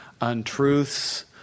untruths